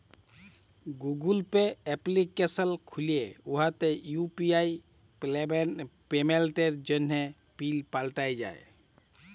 Google Pay application খ্যুলে উয়াতে UPI পেমেল্টের জ্যনহে পিল পাল্টাল যায়